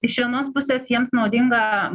iš vienos pusės jiems naudinga